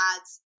ads